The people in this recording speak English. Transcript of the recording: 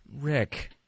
Rick